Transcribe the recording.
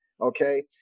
Okay